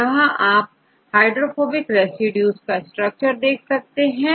यहां आप hydrophobic residues structure देख सकते हैं